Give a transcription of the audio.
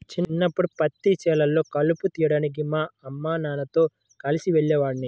చిన్నప్పడు పత్తి చేలల్లో కలుపు తీయడానికి మా అమ్మానాన్నలతో కలిసి వెళ్ళేవాడిని